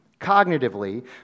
cognitively